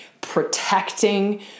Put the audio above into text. protecting